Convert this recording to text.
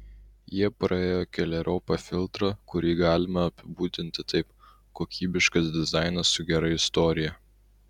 jie praėjo keleriopą filtrą kurį galima apibūdinti taip kokybiškas dizainas su gera istorija